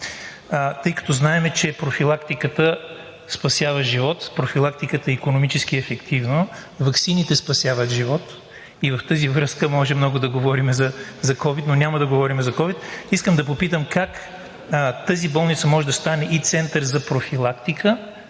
Тъй като знаем, че профилактиката спасява живот, профилактиката е икономически ефективна – ваксините спасяват живот. Във връзка с това може много да говорим за ковид, но няма да говорим за ковид. Искам да попитам: как тази болница може да стане и Център за профилактика,